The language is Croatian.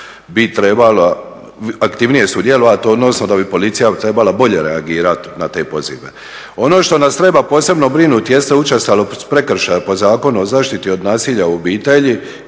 da bi policija trebala bolje reagirati na te pozive. Ono što nas treba posebno brinuti jeste učestalost prekršaja po Zakonu o zaštiti od nasilja u obitelji